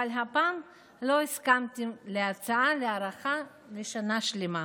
אבל הפעם לא הסכמתי להצעה להארכה לשנה שלמה.